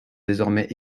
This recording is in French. désormais